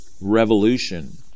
revolution